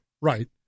right